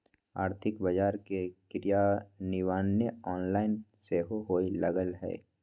आर्थिक बजार के क्रियान्वयन ऑनलाइन सेहो होय लगलइ ह